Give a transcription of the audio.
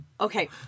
Okay